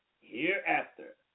hereafter